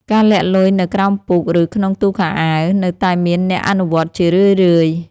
ការលាក់លុយនៅក្រោមពូក ឬក្នុងទូខោអាវ នៅតែមានអ្នកអនុវត្តជារឿយៗ។